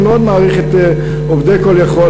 אני מאוד מעריך את עובדי "call יכול".